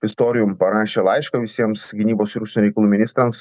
pistorijum parašė laišką visiems gynybos ir užsienio reikalų ministrams